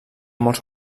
molts